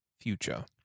future